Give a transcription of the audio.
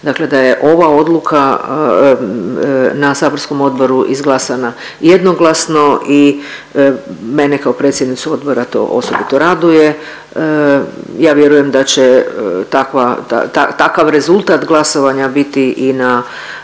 naglasiti da je ova odluka na saborskom odboru izglasana jednoglasno i mene kao predsjednicu odbora to osobito raduje. Ja vjerujem da će takav rezultat glasovanja biti i na